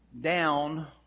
down